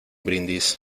brindis